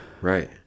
right